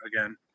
again